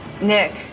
Nick